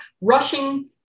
rushing